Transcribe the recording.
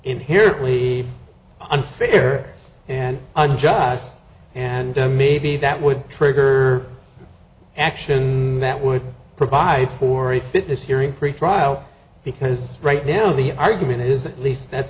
inherently unfair and unjust and a maybe that would trigger actions that would provide for a fitness hearing free trial because right now the argument is at least that's